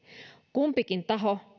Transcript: kumpikin taho